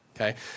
okay